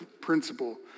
Principle